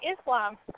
Islam